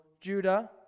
Judah